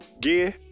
gear